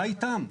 מה איתם?